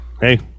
hey